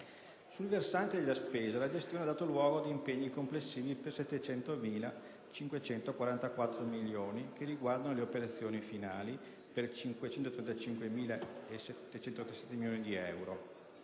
Sul versante della spesa, la gestione ha dato luogo ad impegni complessivi per 720.544 milioni che riguardano le operazioni finali per 535.737 milioni di euro